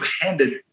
handed